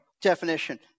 definition